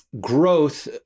growth